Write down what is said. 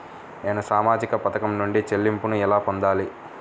నేను సామాజిక పథకం నుండి చెల్లింపును ఎలా పొందాలి?